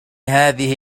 هذه